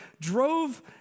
Drove